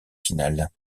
finales